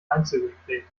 einzelgespräch